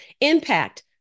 impact